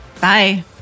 Bye